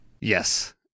Yes